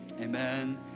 amen